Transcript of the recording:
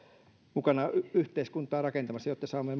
mukana yhteiskuntaa rakentamassa jotta saamme